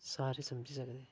सारे समझी सकदे